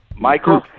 Michael